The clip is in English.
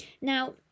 Now